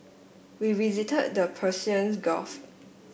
we visited the Persians Gulf